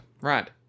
Right